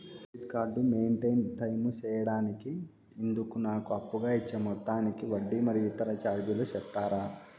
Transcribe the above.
Credit card maintain time సేయడానికి ఇందుకు నాకు అప్పుగా ఇచ్చే మొత్తానికి వడ్డీ మరియు ఇతర చార్జీలు సెప్తారా?